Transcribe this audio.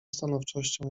stanowczością